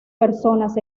personas